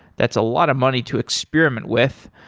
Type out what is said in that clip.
that's a lot of money to experiment with.